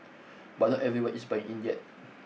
but not everyone is buying in yet